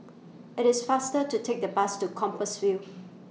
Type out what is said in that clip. IT IS faster to Take The Bus to Compassvale